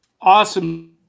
Awesome